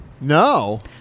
No